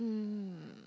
um